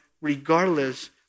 regardless